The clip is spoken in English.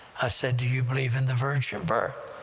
i said, do you believe in the virgin birth?